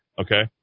Okay